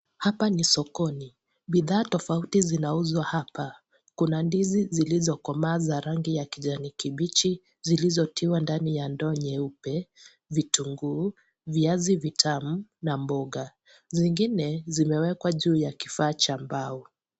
Hapa ni sokoni , bidhaa tofauti zinauzwa hapa, kuna ndizi zilizokomaa za rangi ya kijani kibichi zilizotiwa ndani ya ndoo nyeupe, vitunguu, viazi vitamu na mboga. Zingine zimewekwa juu ya kifaa cha mbao.